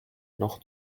noch